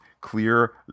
clear